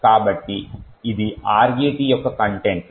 కాబట్టి ఇది RET యొక్క కంటెంట్ లు